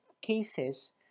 cases